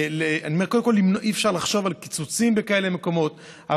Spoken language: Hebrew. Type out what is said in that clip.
אי-אפשר לחשוב על קיצוצים בכאלה מקומות,